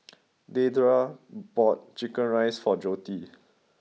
Deidre bought chicken rice for Jordi